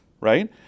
right